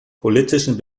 politischen